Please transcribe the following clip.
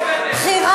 חבלי ארץ.